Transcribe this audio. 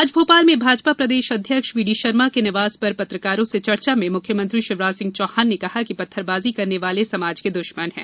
आज भोपाल में भाजपा प्रदेश अध्यक्ष वीडी शर्मा के निवास पर पत्रकारों से चर्चा में मुख्यमंत्री शिवराज सिंह चौहान ने कहा कि पत्थरबाजी करने वाले समाज के दुश्मन हैं